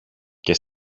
και